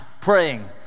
praying